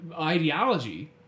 ideology